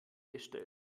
gestellt